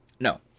No